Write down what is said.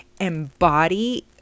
embody